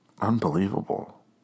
Unbelievable